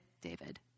David